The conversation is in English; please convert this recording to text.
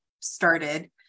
started